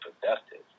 productive